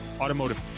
Automotive